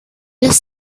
los